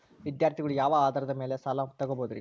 ವಿದ್ಯಾರ್ಥಿಗಳು ಯಾವ ಆಧಾರದ ಮ್ಯಾಲ ಸಾಲ ತಗೋಬೋದ್ರಿ?